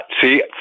see